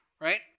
right